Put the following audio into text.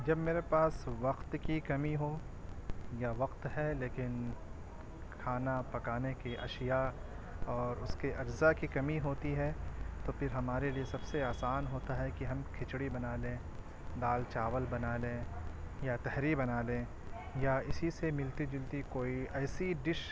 جب میرے پاس وقت کی کمی ہو یا وقت ہے لیکن کھانا پکانے کی اشیا اور اس کے اجزا کی کمی ہوتی ہے تو پھر ہمارے لیے سب سے آسان ہوتا ہے کہ ہم کھچڑی بنالیں دال چاول بنالیں یا تہری بنالیں یا اسی سے ملتی جلتی کوئی ایسی ڈش